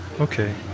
Okay